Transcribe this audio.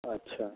अच्छा